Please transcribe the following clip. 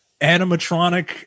animatronic